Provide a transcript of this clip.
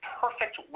perfect